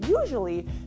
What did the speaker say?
usually